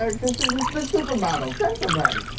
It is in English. and cause she's this big supermodel, send somebody.